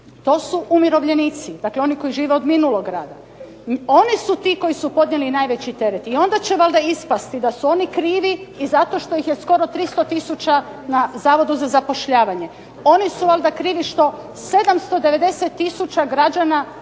to su umirovljenici, dakle oni koji žive od minulog rada. Oni su ti koji su podnijeli najveći teret, i onda će valjda ispasti da su oni krivi i za to što ih je skoro 300 tisuća na Zavodu za zapošljavanje. Oni su valjda krivi što 790 tisuća građana